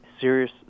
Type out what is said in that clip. serious